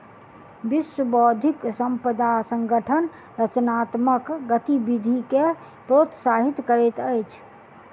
विश्व बौद्धिक संपदा संगठन रचनात्मक गतिविधि के प्रोत्साहित करैत अछि